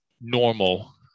normal